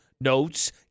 notes